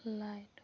লাইটৰ